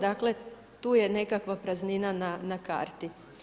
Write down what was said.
Dakle tu je nekakva praznina na karti.